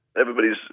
Everybody's